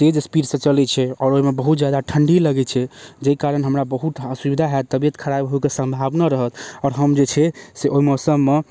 तेज स्पीडसँ चलै छै आओर ओइमे बहुत जादा ठण्डी लगै छै जाहि कारण हमरा बहुत असुविधा होयत तबियत खराब होइके सम्भावनो रहत आोर हम जे छै से ओइ मौसममे